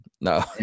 No